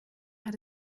hat